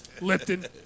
Lipton